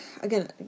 again